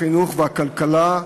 החינוך והכלכלה.